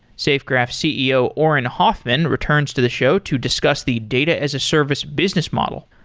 safegraph's ceo, auren hoffman, returns to the show to discuss the data as a service business model.